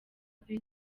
kuri